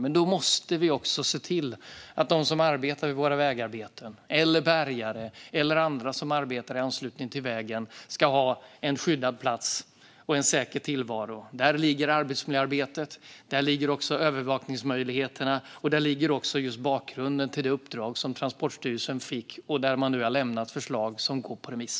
Men då måste vi se till att de som arbetar vid vägarbetena, eller bärgare eller andra som arbetar i anslutning till vägen, ska ha en skyddad plats och EN säker tillvaro. Där ligger arbetsmiljöarbetet, där ligger övervakningsmöjligheterna och där ligger också bakgrunden till det uppdrag som Transportstyrelsen fick och där nu förslag har lämnats som har gått ut på remiss.